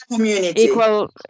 Equal